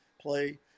play